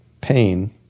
pain